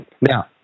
Now